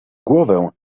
głowę